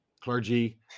clergy